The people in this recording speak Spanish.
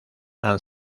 han